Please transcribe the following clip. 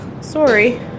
Sorry